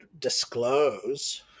disclose